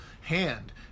hand